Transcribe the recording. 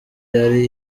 yari